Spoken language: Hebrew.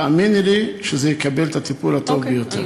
תאמיני לי שזה יקבל את הטיפול הטוב ביותר.